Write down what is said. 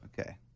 okay